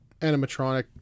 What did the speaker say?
animatronic